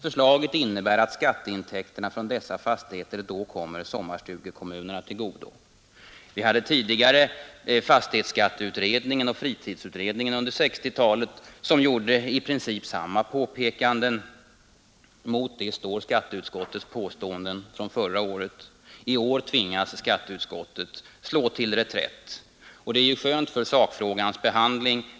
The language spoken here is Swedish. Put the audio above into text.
Förslaget innebär att skatteintäkterna från dessa fastigheter då kommer sommarstugekommunerna till godo.” Fastighetsskatteutredningen och fritidsutredningen under 1960-talet har tidigare gjort i princip samma påpekande. Mot detta står skatteutskottets påståenden från förra året. I år tvingas skatteutskottet slå till reträtt, och det är skönt för sakfrågans behandling.